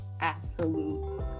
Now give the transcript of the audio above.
absolute